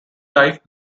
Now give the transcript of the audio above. life